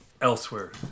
elsewhere